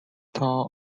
town